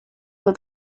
for